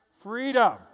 freedom